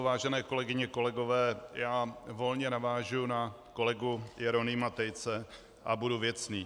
Vážené kolegyně, kolegové, volně navážu na kolegu Jeronýma Tejce a budu věcný.